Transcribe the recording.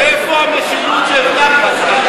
איפה המשילות שהבטחת,